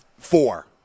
Four